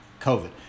COVID